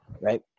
right